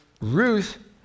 Ruth